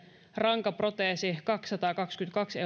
rankaproteesi kaksisataakaksikymmentäkaksi